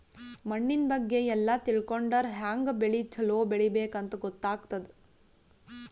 ಮಣ್ಣಿನ್ ಬಗ್ಗೆ ಎಲ್ಲ ತಿಳ್ಕೊಂಡರ್ ಹ್ಯಾಂಗ್ ಬೆಳಿ ಛಲೋ ಬೆಳಿಬೇಕ್ ಅಂತ್ ಗೊತ್ತಾಗ್ತದ್